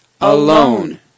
alone